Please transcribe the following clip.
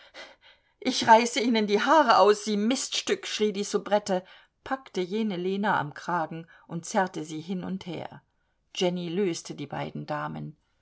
ich reiße ihnen die haare aus sie miststück schrie die soubrette packte jene lena am kragen und zerrte sie hin und her jenny löste die beiden damen